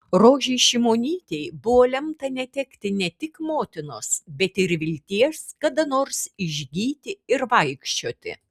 rožei šimonytei buvo lemta netekti ne tik motinos bet ir vilties kada nors išgyti ir vaikščioti